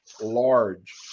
large